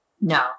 No